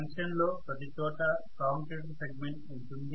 జంక్షన్లో ప్రతిచోటా commutator segment ఉంటుంది